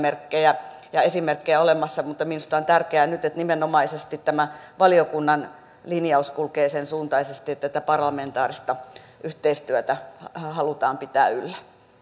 esimerkkejä olemassa mutta minusta on tärkeää nyt että nimenomaisesti tämä valiokunnan linjaus kulkee sen suuntaisesti että tätä parlamentaarista yhteistyötä halutaan pitää yllä